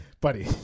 buddy